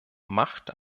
macht